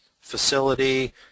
facility